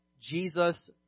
Jesus